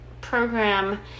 program